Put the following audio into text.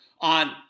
on